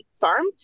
farm